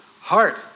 heart